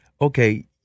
Okay